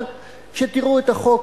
אבל כשתראו את החוק